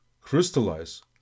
crystallize